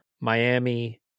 Miami